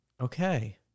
Okay